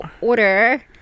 order